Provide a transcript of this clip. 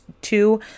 two